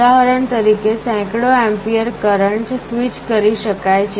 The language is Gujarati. ઉદાહરણ તરીકે સેંકડો એમ્પીયર કરંટ સ્વિચ કરી શકાય છે